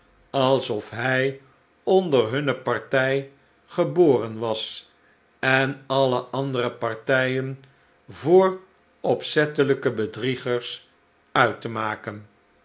alsof hij onder hunne partij geboren was en alle andere partijen voor opzettelijke bedriegers uit te maken